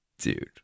dude